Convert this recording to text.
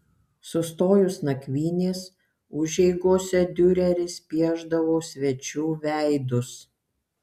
sustojus nakvynės užeigose diureris piešdavo svečių veidus